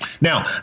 Now